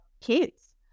kids